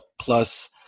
plus